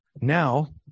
Now